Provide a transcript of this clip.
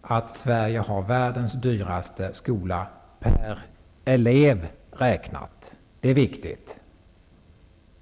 visar att Sverige har världens dyraste skola -- per elev räknat, det är viktigt.